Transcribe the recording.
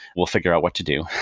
we'll figure out what to do.